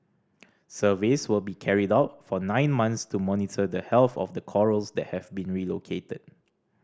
surveys will be carried out for nine months to monitor the health of the corals that have been relocated